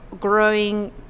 growing